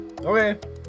okay